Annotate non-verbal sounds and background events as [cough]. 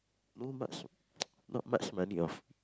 no much [noise] not much money of